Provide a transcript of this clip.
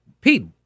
Pete